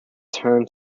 term